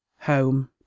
home